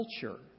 culture